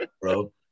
bro